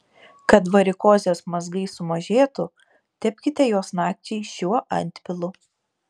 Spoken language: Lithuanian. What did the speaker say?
kad varikozės mazgai sumažėtų tepkite juos nakčiai šiuo antpilu